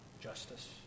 justice